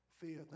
Fear